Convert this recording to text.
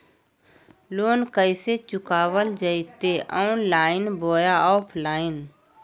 Loan कैसे चुकाबल जयते ऑनलाइन बोया ऑफलाइन?